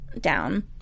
down